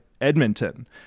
Edmonton